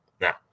Now